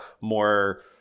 more